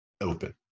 open